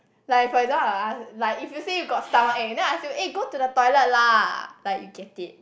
like for example I'll ask like if you say you got stomachache then I ask you eh go to the toilet lah like you get it